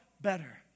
better